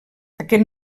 aquest